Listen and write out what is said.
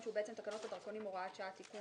בתקנות הדרכונים (הוראת שעה) (תיקון),